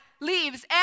leaves